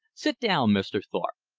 sit down, mr. thorpe!